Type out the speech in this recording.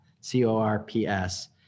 C-O-R-P-S